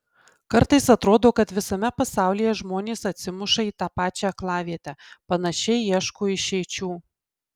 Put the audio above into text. kartais atrodo kad visame pasaulyje žmonės atsimuša į tą pačią aklavietę panašiai ieško išeičių